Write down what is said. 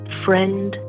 friend